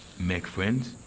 make friends?